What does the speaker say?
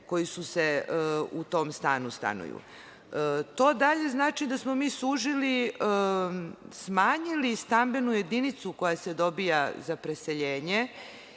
koji u tom stanu stanuju. To dalje znači da smo mi suzili, smanjili stambenu jedinicu koja se dobija za preseljenje